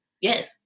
Yes